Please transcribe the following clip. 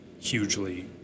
hugely